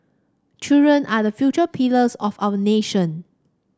children are the future pillars of our nation